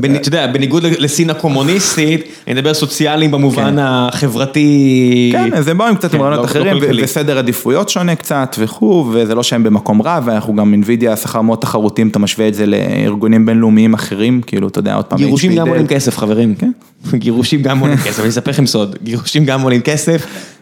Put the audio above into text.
אתה יודע, בניגוד לסין הקומוניסטית, אני מדבר סוציאלי במובן החברתי. כן, זה בא עם קצת מעולמות אחרים, זה סדר עדיפויות שונה קצת, וכו' וזה לא שהם במקום רע, ואנחנו גם אינווידיה שכר מאוד תחרותים, אתה משווה את זה לארגונים בינלאומיים אחרים, כאילו, אתה יודע, עוד פעם. גירושים גם עולים כסף, חברים. כן? גירושים גם עולים כסף, אני אספר לכם סוד, גירושים גם עולים כסף.